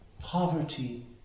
poverty